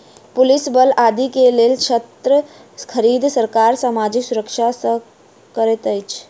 police बल आदि के लेल शस्त्र खरीद, सरकार सामाजिक सुरक्षा कर सँ करैत अछि